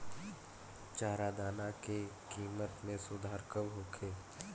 चारा दाना के किमत में सुधार कब होखे?